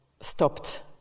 stopped